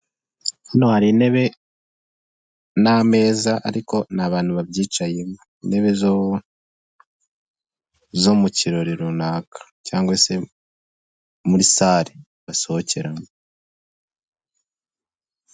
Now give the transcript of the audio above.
Hano hari intebe n'ameza ariko nta bantu babyicayemo. Intebe zo mu kirori runaka cyangwa se muri sare basohokeramo.